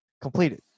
completed